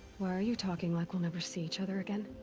why are you talking like we'll never see each other again?